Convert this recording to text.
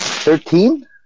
Thirteen